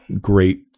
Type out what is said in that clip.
great